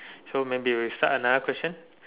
so maybe we start another question